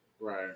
Right